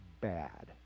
bad